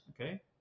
okay